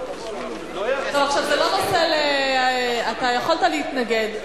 עכשיו זה לא נושא, אתה יכולת להתנגד.